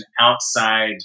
outside